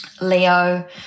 Leo